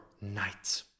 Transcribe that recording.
night